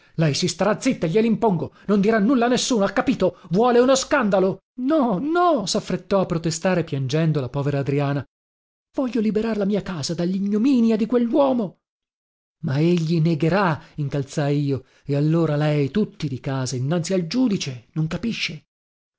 lei si starà zitta glielimpongo non dirà nulla a nessuno ha capito vuole uno scandalo no no saffrettò a protestare piangendo la povera adriana voglio liberar la mia casa dallignominia di quelluomo ma egli negherà incalzai io e allora lei tutti di casa innanzi al giudice non capisce